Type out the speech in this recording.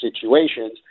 situations